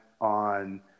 on